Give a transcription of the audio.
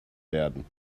werden